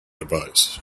advice